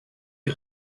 les